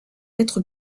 être